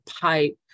pipe